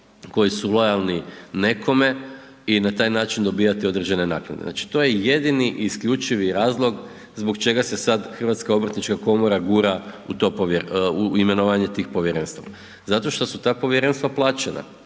koji su lojalni nekome i na taj način dobivati određene naknade. Znači to je jedini i isključivi razlog zbog čega se sad HGK gura u to, u imenovanje tih povjerenstava. Zato što su ta povjerenstva plaćena,